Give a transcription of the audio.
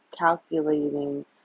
calculating